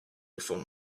before